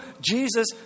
Jesus